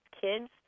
kids